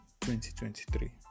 2023